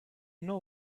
know